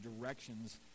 directions